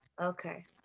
Okay